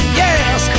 yes